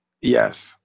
Yes